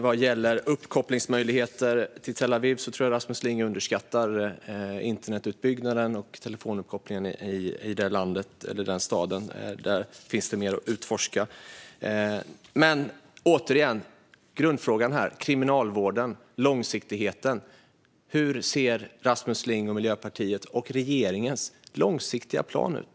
Vad gäller Tel Aviv tror jag att Rasmus Ling underskattar internetutbyggnaden och telefonuppkopplingen i den staden. Där finns det mer att utforska. Men åter till grundfrågan här, Kriminalvården och långsiktigheten. Hur ser Miljöpartiets och regeringens långsiktiga plan ut?